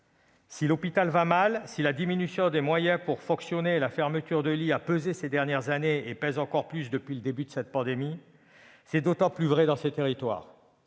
Si l'hôpital va mal, si la diminution des moyens pour fonctionner et la fermeture de lits ont pesé ces dernières années et pèsent encore plus depuis le début de cette pandémie, cela est d'autant plus vrai dans ces territoires.